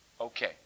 Okay